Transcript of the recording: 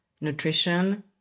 nutrition